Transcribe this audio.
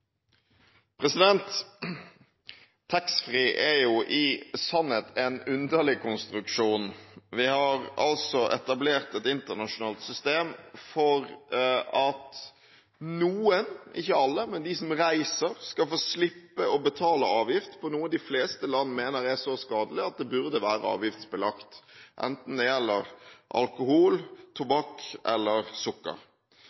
i sannhet en underlig konstruksjon. Vi har etablert et internasjonalt system for at noen – ikke alle, men de som reiser – skal få slippe å betale avgift på noe de fleste land mener er så skadelig at det burde være avgiftsbelagt, enten det gjelder alkohol,